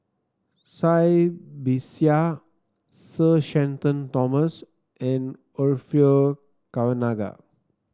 Cai Bixia Sir Shenton Thomas and Orfeur Cavenagh